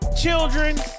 children